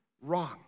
wrong